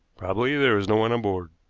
probably there is no one on board.